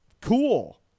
cool